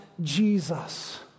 Jesus